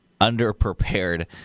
underprepared